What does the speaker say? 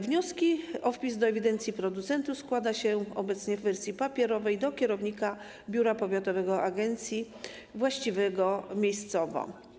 Wnioski o wpis do ewidencji producentów składa się obecnie w wersji papierowej do kierownika biura powiatowego agencji właściwego miejscowo.